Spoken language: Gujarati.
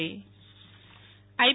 નેહલ ઠક્કર આઈ